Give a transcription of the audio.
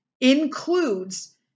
includes